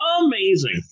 Amazing